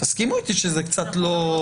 תסכימו איתי שזה קצת לא.